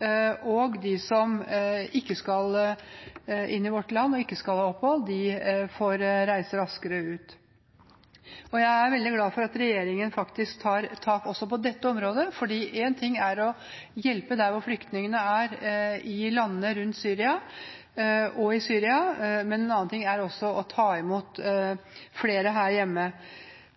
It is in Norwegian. og at de som ikke skal inn i vårt land og ikke skal ha opphold, får reise raskere ut. Jeg er veldig glad for at regjeringen faktisk tar tak også på dette området, for én ting er å hjelpe der flyktningene er, i landene rundt Syria og i Syria, én annen ting er å ta imot flere her hjemme.